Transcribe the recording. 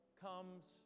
comes